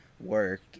work